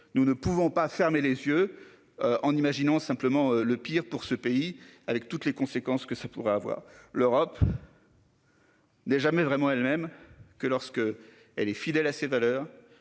Nous ne pouvons pas fermer les yeux. En imaginant simplement le pire pour ce pays avec toutes les conséquences que cela pourrait avoir l'Europe. N'est jamais vraiment elles-mêmes que lorsque elle est fidèle à ses valeurs